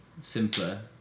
simpler